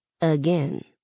Again